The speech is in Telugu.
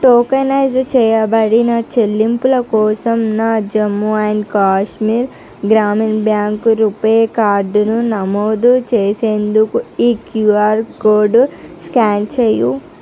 టోకనైజ్ చేయబడిన చెల్లింపుల కోసం నా జమ్ము అండ్ కాశ్మీర్ గ్రామీణ బ్యాంక్ రూపే కార్డును నమోదు చేసేందుకు ఈ క్యూఆర్ కోడ్ స్క్యాన్ చేయు